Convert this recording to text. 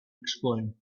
explain